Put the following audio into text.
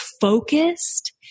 focused